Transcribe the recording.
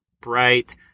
Bright